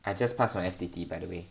I just pass my F_T_T by the way